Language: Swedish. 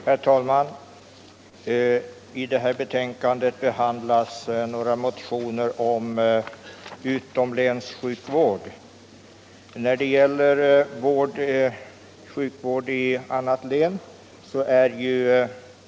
Herr talman! I detta betänkande behandlas några motioner om utomlänssjukvård.